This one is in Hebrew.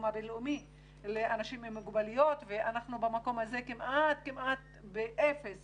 הבינלאומי לאנשים עם מוגבלויות ואנחנו במקום הזה כמעט באפס